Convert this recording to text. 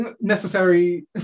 necessary